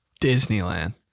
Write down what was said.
Disneyland